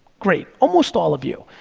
great, almost all of you.